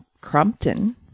Crompton